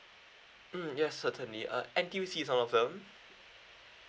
mm yes certainly uh N_T_U_C is one of them